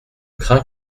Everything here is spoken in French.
crains